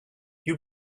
you